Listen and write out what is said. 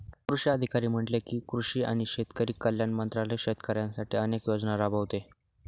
कृषी अधिकारी म्हणाले की, कृषी आणि शेतकरी कल्याण मंत्रालय शेतकऱ्यांसाठी अनेक योजना राबवते